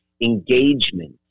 engagement